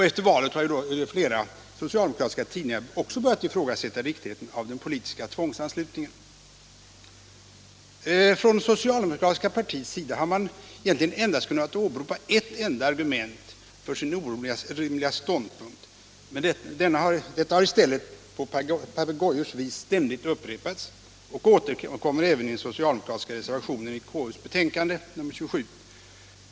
Efter valet har också flera socialdemokratiska tidningar börjat ifrågasätta riktigheten av den politiska tvångsanslutningen. Från det socialdemokratiska partiets sida har man egentligen endast kunnat åberopa ett enda argument för sin orimliga ståndpunkt, men det har i stället på papegojors vis ständigt upprepats. Argumentet återkommer även i den socialdemokratiska reservationen vid konstitutionsutskottets betänkande nr 27.